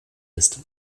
ist